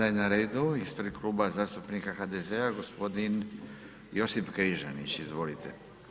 Sada je na redu ispred Kluba zastupnika HDZ-a g. Josip Križanić, izvolite.